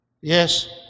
Yes